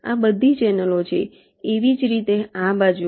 આ બધી ચેનલો છે એ જ રીતે આ બાજુ